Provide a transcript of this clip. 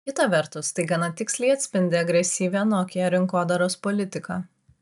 kita vertus tai gana tiksliai atspindi agresyvią nokia rinkodaros politiką